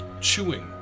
Chewing